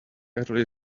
early